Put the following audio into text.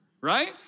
right